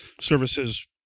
services